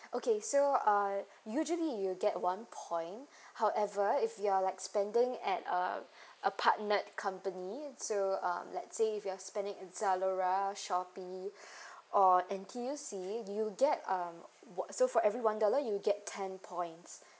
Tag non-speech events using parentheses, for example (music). okay so uh usually you'll get one point (breath) however if you're like spending at uh (breath) a partnered company so um let's say if you're spending at zalora shopee (breath) or N_T_U_C you'll get um what so for every one dollar you'll get ten points (breath)